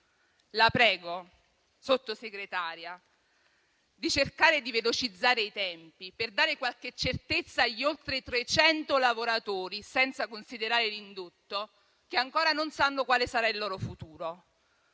La prego, Sottosegretaria, di cercare di velocizzare i tempi per dare qualche certezza agli oltre 300 lavoratori, senza considerare l'indotto, che ancora non sanno quale sarà il loro futuro.